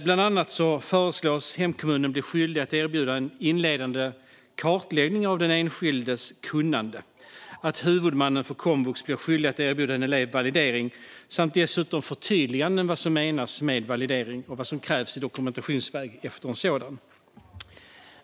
Bland annat föreslås att hemkommunen blir skyldig att erbjuda en inledande kartläggning av den enskildes kunnande och att huvudmannen för komvux blir skyldig att erbjuda en elev validering samt dessutom förtydliganden av vad som menas med validering och vad som krävs i dokumentationsväg efter en sådan.